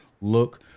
look